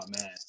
man